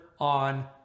on